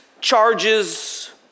charges